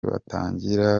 batangira